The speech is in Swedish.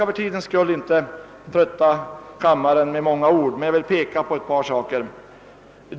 Av tidsskäl skall jag inte trötta kammaren med många ord om den, men jag vill framhålla ett par saker.